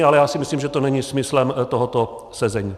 Ale já si myslím, že to není smyslem tohoto sezení.